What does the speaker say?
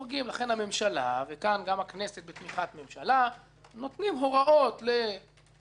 לכן הממשלה וכאן גם הכנסת בתמיכת ממשלה נותנים הוראות ליוסי